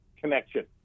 connection